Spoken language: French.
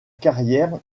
carrière